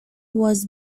was